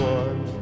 one